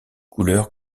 couleurs